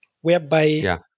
whereby